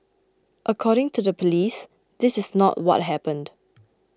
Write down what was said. according to the police this is not what happened